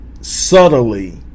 subtly